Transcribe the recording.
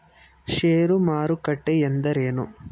ಷೇರು ಮಾರುಕಟ್ಟೆ ಎಂದರೇನು?